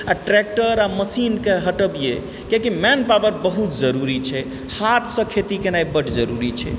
आ ट्रेक्टर आ मशीनके हटबियै किआकि मैनपावर बहुत जरुरी छै हाथसँ खेती केनाइ बड्ड जरूरी छै